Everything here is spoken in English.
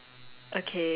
ya